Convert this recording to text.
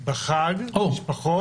בחג פחות?